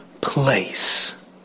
place